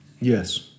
Yes